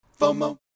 FOMO